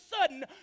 sudden